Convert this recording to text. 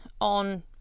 on